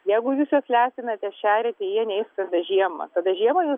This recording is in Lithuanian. jeigu jūs juos lesinate šeriate jie neišskrenda žiemą tada žiemą jūs